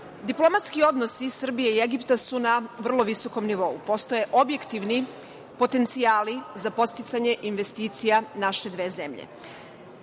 Srbije. Diplomatski odnosi Srbije i Egipta su na vrlo visokom nivou. Postoje objektivni potencijali za podsticanje investicija naše dve